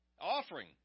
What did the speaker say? Offering